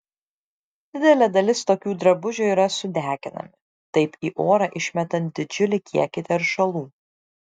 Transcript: didelė dalis tokių drabužių yra sudeginami taip į orą išmetant didžiulį kiekį teršalų